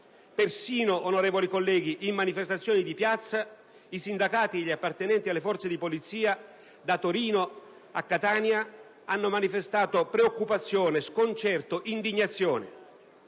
persino, onorevoli colleghi, in manifestazioni di piazza, i sindacati degli appartenenti alle forze di polizia, da Torino a Catania, hanno manifestato preoccupazione, sconcerto e indignazione.